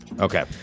Okay